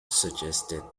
suggested